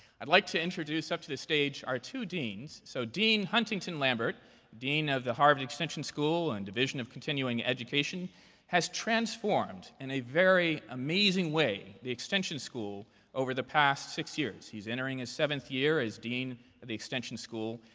i'd like to introduce up to the stage our two deans. so dean huntington lambert dean of the harvard extension school and division of continuing education has transformed, in a very amazing way, the extension school over the past six years. he's entering his seventh year as dean of the extension school.